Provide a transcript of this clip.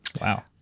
Wow